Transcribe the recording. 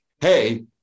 hey